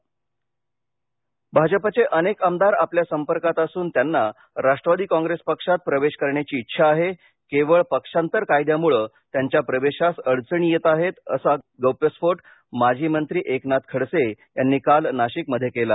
खडसे नाशिक भाजपचे अनेक आमदार आपल्या संपर्कात असून त्यांना राष्ट्रवादी काँग्रेस पक्षात प्रवेश करण्याची इच्छा आहे केवळ पक्षांतर कायद्यामुळे त्यांच्या प्रवेशास अडचणी येत आहेत असा गौप्यस्फोट माजी मंत्री एकनाथ खडसे यांनी काल नाशिक मध्ये केला